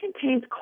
contains